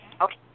Okay